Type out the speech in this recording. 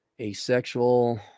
Asexual